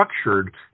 structured